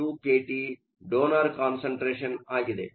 ED2kT donor concentration ಆಗಿದೆ